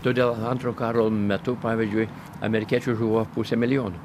todėl antro karo metu pavyzdžiui amerikiečių žuvo pusė milijono